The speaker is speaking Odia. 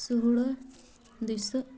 ଷୋହଳ ଦୁଇଶହ